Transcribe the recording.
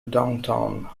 downtown